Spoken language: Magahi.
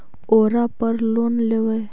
ओरापर लोन लेवै?